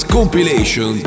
Compilation